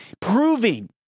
proving